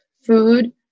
food